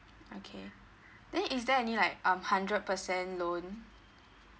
okay then is there any like um hundred percent loan